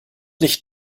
nicht